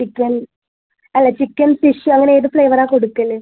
chicken അല്ല chicken fish അങ്ങനെ ഏത് ഫ്ലേവർ ആണ് കൊടുക്കൽ